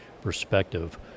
perspective